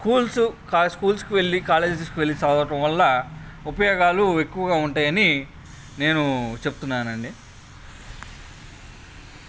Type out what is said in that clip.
స్కూల్స్కి వెళ్ళి కాలేజెస్కి వెళ్ళి చదవడం వల్ల ఉపయోగాలు ఎక్కువగా ఉంటాయని నేను చెప్తున్నానండి